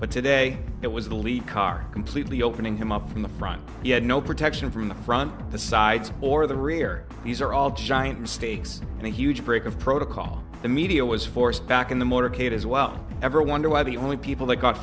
but today it was the lead car completely opening him up from the front yet no protection from the front the sides or the rear these are all giant mistakes and a huge break of protocol the media was forced back in the motorcade as well ever wonder why the only people that got